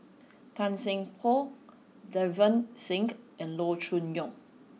Tan Seng Poh Davinder Singh and Loo Choon Yong